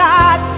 God